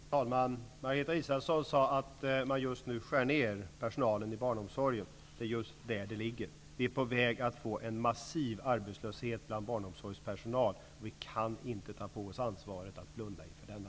Fru talman! Margareta Israelsson sade att man just nu skär ner personalen inom barnomsorgen. Det är just där problemet ligger. Vi håller på att få en massiv arbetslöshet bland barnomsorgspersonalen. Vi kan inte ta på vårt ansvar att blunda inför detta.